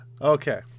okay